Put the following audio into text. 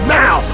now